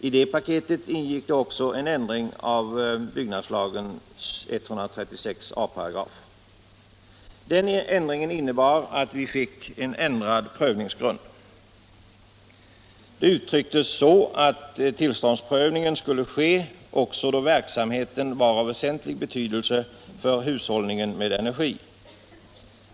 I det paketet ingick också en ändring av 136 a § byggnadslagen. Den ändringen innebar att vi fick en andra prövningsgrund. Det uttrycktes så att tillståndsprövning skulle ske också då verksamheten var av väsentlig betydelse för hushållningen med energi.